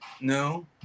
No